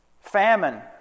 Famine